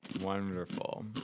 Wonderful